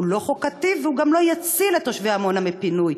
הוא לא חוקתי והוא גם לא יציל את תושבי עמונה מפינוי.